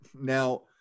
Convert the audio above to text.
Now